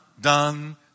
done